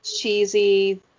cheesy